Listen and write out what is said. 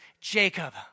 Jacob